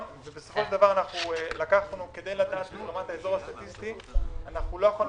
בסופו של דבר כדי לדעת את רמת האזור הסטטיסטי לא יכולנו